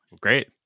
great